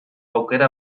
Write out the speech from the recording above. aukera